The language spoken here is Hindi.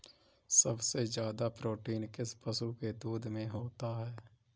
सबसे ज्यादा प्रोटीन किस पशु के दूध में होता है?